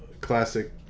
classic